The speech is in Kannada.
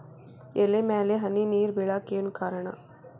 ಎಲೆ ಮ್ಯಾಲ್ ಹನಿ ನೇರ್ ಬಿಳಾಕ್ ಏನು ಕಾರಣ?